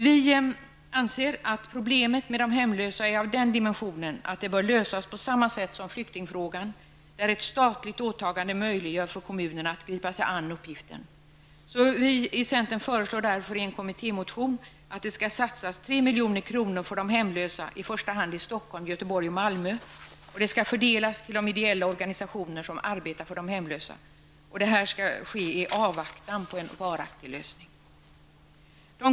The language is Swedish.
Vi anser att problemet med de hemlösa är av den dimensionen att det bör lösas på samma sätt som flyktingfrågan, där ett statligt åtagande möjliggör för kommunerna att gripa sig an uppgiften. Vi i centern föreslår därför i en kommittémotion att det skall satsas 3 milj.kr. på de hemlösa i första hand i Stockholm, Göteborg och Malmö. Pengarna skall fördelas till de ideella organisationer som arbetar för de hemlösa. Denna satsning skall ske i avvaktan på en varaktig lösning av problemet.